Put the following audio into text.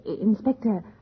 inspector